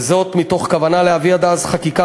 וזאת מתוך כוונה להביא עד אז חקיקה